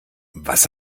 was